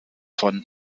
von